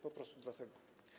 Po prostu dlatego.